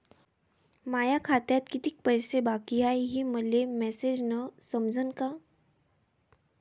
माया खात्यात कितीक पैसे बाकी हाय हे मले मॅसेजन समजनं का?